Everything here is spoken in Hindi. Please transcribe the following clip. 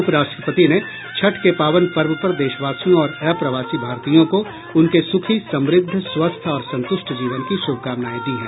उप राष्ट्रपति ने छठ के पावन पर्व पर देशवासियों और अप्रवासी भारतीयों को उनके सुखी समुद्ध स्वस्थ और संतृष्ट जीवन की श्भकामनाएं दी हैं